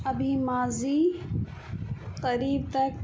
ابھی ماضی قریب تک